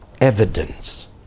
evidence